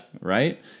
Right